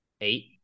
Eight